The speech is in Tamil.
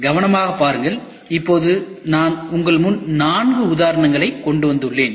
கவனமாக பாருங்கள்இப்போது நான் உங்கள் முன் நான்கு உதாரணங்களை கொண்டு வந்துள்ளேன்